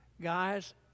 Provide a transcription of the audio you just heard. guys